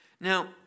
Now